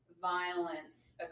violence